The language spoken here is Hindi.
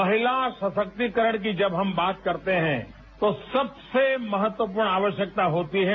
महिलासशक्तिकरण की जब हम बात करते हैं तो सबसे महत्वपूर्ण आवश्यकता होती है